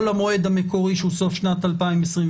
או למועד המקורי שהוא סוף שנת 2022,